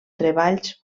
treballs